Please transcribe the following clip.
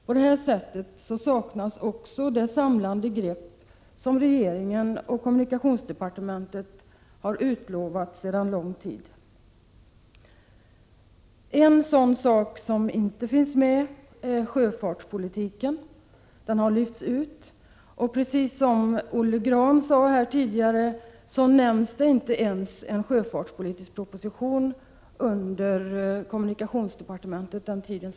Således saknas också det samlade grepp som regeringen och kommunikationsdepartementet har utlovat sedan lång tid tillbaka. En sak som inte finns med är t.ex. sjöfartspolitiken. Denna har lyfts ut. Precis som Olle Grahn sade här tidigare nämns inte ens en sjöfartspolitisk proposition under kommunikationsdepartementets titel.